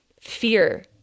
fear